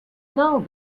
now